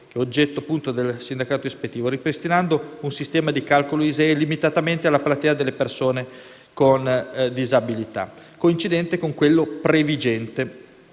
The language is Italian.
che è oggetto del sindacato ispettivo, ripristinando un sistema di calcolo ISEE, limitatamente alla platea delle persone con disabilità, coincidente con quello previgente